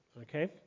Okay